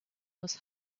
was